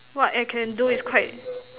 what I can do is quite